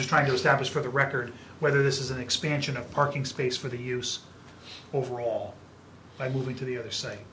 just trying to establish for the record whether this is an expansion of parking space for the use overall by moving to the other si